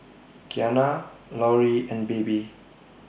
Qiana Laurie and Baby